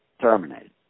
terminated